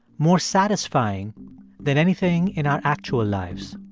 more satisfying than anything in our actual lives.